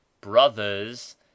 brothers